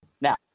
Now